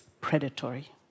predatory